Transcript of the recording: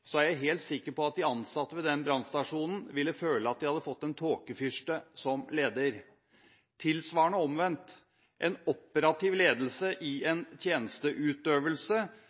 er jeg helt sikker på at de ansatte ved den brannstasjonen ville føle at de hadde fått en tåkefyrste som leder. Tilsvarende omvendt: Operativ ledelse i en tjenesteutøvelse